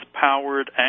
powered